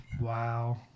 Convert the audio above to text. Wow